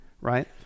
right